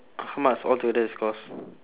how much all total it's cost